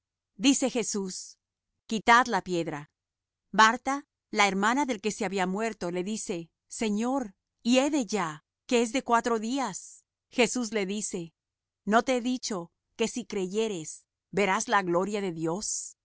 dice jesús quitad la piedra marta la hermana del que se había muerto le dice señor hiede ya que es de cuatro días jesús le dice no te he dicho que si creyeres verás la gloria de dios